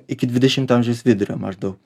iki dvidešimto amžiaus vidurio maždaug